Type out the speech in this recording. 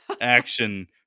action